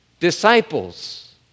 disciples